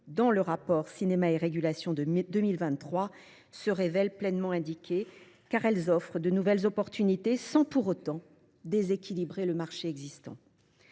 dans le rapport de Bruno Lasserre de 2023 – se révèlent pleinement indiquées. Elles offrent de nouvelles opportunités sans pour autant déséquilibrer le marché existant.